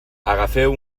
agafeu